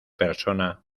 persona